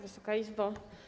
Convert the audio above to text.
Wysoka Izbo!